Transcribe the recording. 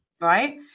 right